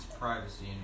privacy